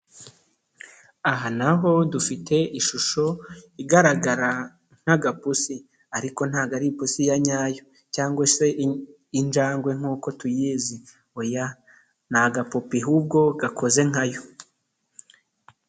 Aha naho dufite ishusho igaragara, nk'agapusi, ariko ntabwo ari ipusi ya nyayo, cyangwa se injangwe nkuko tuyizi, oya. ni agapupe ahubwo gakoze nkayo.